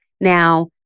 Now